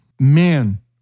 Man